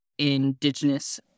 indigenous